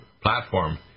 platform